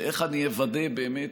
איך אני אוודא באמת?